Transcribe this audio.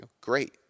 great